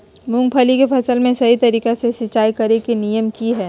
मूंग के फसल में सही तरीका से सिंचाई करें के नियम की हय?